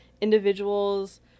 Individuals